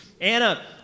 Anna